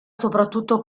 soprattutto